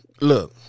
look